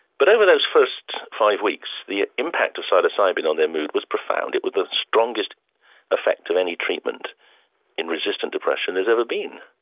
but over those first five weeks, the impact of psilocybin on their mood was profound, it was the strongest effect of any treatment in resistant depression there has ever been,